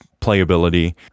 Playability